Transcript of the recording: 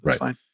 Right